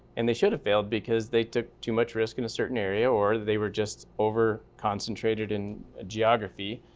and they should have failed because they took too much risk in a certain area or they were just over concentrated in geography.